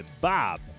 Bob